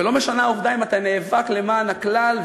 ולא משנה אם אתה נאבק למען הכלל,